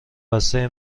بسته